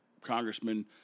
congressman